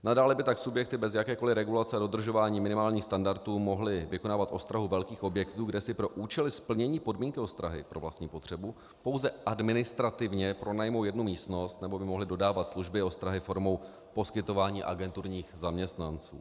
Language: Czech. Nadále by tak subjekty bez jakékoli regulace dodržování minimálních standardů mohly vykonávat ostrahu velkých objektů, kde si pro účel splnění podmínky ostrahy pro vlastní potřebu pouze administrativně pronajmou jednu místnost, nebo by mohly dodávat služby ostrahy formou poskytování agenturních zaměstnanců.